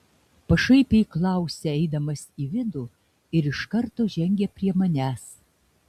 pašaipiai klausia eidamas į vidų ir iš karto žengia prie manęs